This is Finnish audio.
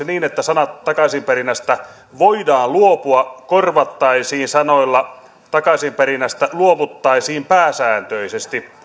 niin että sanat takaisinperinnästä voidaan luopua korvattaisiin sanoilla takaisinperinnästä luovuttaisiin pääsääntöisesti